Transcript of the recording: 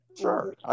sure